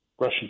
Russian